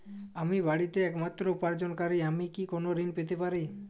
আমি বাড়িতে একমাত্র উপার্জনকারী আমি কি কোনো ঋণ পেতে পারি?